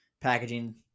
packaging